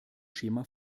schema